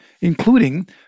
including